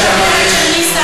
של ניסן,